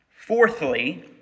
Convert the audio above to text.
Fourthly